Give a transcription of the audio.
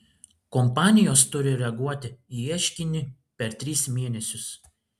kompanijos turi reaguoti į ieškinį per tris mėnesius